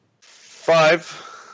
Five